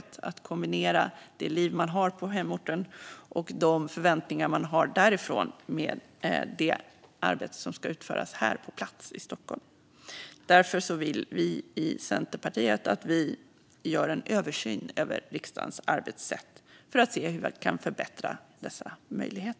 Man behöver kunna kombinera det liv man har på hemorten och de förväntningar man har därifrån med det arbete som ska utföras på plats här i Stockholm. Vi i Centerpartiet vill därför att det görs en översyn av riksdagens arbetssätt för att se hur man kan förbättra möjligheterna